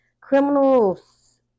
criminals